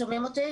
שומעים אותי?